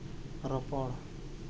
ᱨᱚᱯᱚᱲ